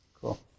cool